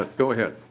but go ahead.